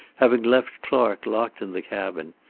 having left clark locked in the cabin,